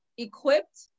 equipped